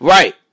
Right